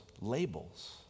labels